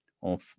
on